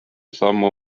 sammu